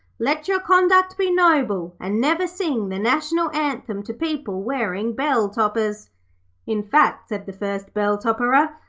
let your conduct be noble, and never sing the national anthem to people wearing bell-toppers in fact said the first bell-topperer,